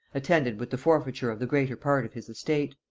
attended with the forfeiture of the greater part of his estate.